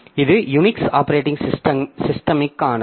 இது Unix operating சிஸ்டம்க்கானது